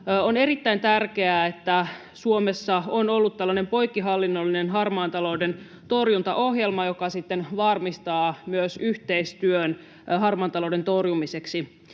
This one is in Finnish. on erittäin tärkeää, että Suomessa on ollut tällainen poikkihallinnollinen harmaan talouden torjuntaohjelma, joka varmistaa myös yhteistyön harmaan talouden torjumiseksi.